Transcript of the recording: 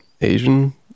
Asian